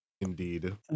Indeed